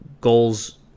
goals